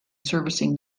servicing